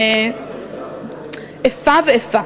איפה ואיפה.